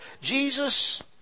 Jesus